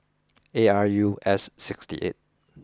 A R U S sixty eight